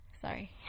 Sorry